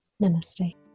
namaste